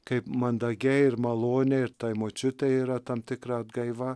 kaip mandagiai ir maloniai ir tai močiutei yra tam tikra atgaiva